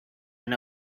and